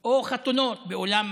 או חתונות באולם